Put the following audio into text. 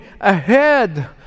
ahead